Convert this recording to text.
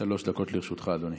שלוש דקות לרשותך, אדוני.